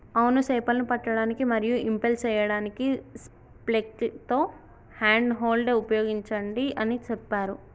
అవును సేపలను పట్టడానికి మరియు ఇంపెల్ సేయడానికి స్పైక్లతో హ్యాండ్ హోల్డ్ ఉపయోగించండి అని సెప్పారు